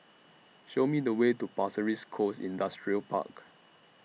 Show Me The Way to Pasir Ris Coast Industrial Park